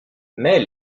mais